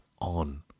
on